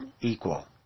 equal